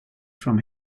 from